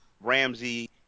Ramsey